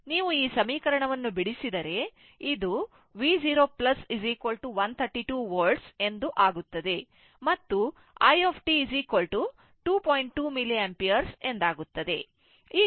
ನೀವು ಈ ಸಮೀಕರಣವನ್ನು ಬಿಡಿಸಿದರೆ V 0 ಇದು 132 Volt ಎಂದು ಆಗುತ್ತದೆ